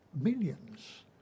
millions